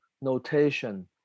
notation